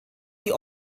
wie